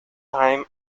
time